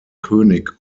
könig